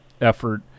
effort